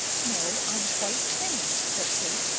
no, i'm quite sane, said kate.